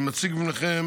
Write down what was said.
אני מציג בפניכם